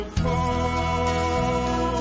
fall